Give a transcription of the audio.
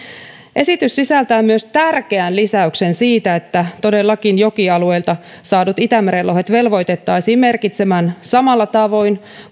esitys sisältää myös tärkeän lisäyksen siitä että todellakin jokialueilta saadut itämerenlohet velvoitettaisiin merkitsemään samalla tavoin